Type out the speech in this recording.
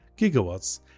gigawatts